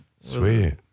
sweet